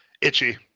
Itchy